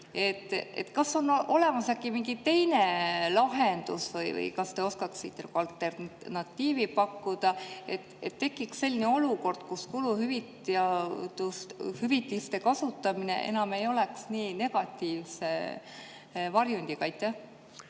Kas on olemas mingi teine lahendus või kas te oskaksite alternatiivi pakkuda, et tekiks selline olukord, kus kuluhüvitiste kasutamine enam ei oleks nii negatiivse varjundiga?